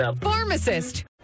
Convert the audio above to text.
pharmacist